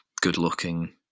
good-looking